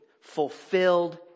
fulfilled